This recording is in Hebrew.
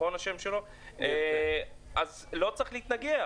לא צריך להתנגח.